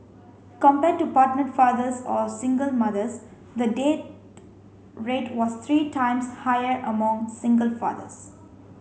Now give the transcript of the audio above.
compared to partnered fathers or single mothers the dead rate was three times higher among single fathers